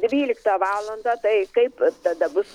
dvyliktą valandą tai kaip tada bus